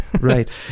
Right